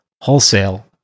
wholesale